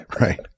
Right